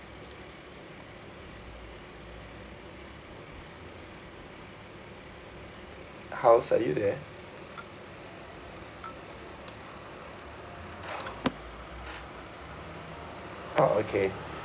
house are you there uh okay